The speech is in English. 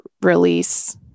release